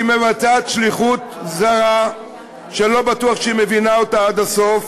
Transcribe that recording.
היא מבצעת שליחות זרה שלא בטוח שהיא מבינה אותה עד הסוף.